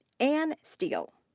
ann steele.